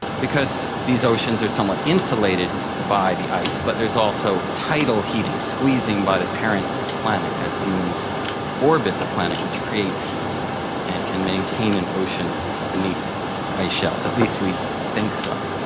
because these oceans are somewhat insulated by the ice, but there is also tidal heating, squeezing by the parent planet as the moons orbit the planet, which creates heat and can maintain an ocean beneath ice shells, at least we think so.